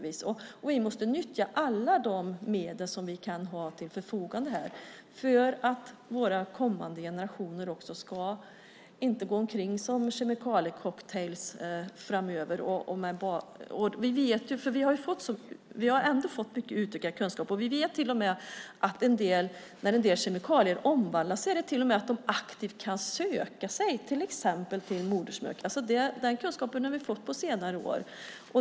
Vi måste nyttja alla medel som står till förfogande för att inte kommande generationer ska gå omkring som kemikaliecocktailar. Vi har fått mycket utökad kunskap. Vi vet att en del kemikalier, när de omvandlas, aktivt kan söka sig till exempel till modersmjölk. Den kunskapen har vi fått på senare år.